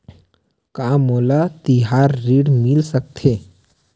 का मोला तिहार ऋण मिल सकथे?